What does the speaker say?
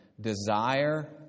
Desire